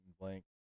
blank